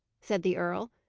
said the earl.